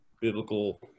biblical